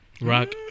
rock